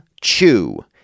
Chew